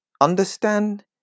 understand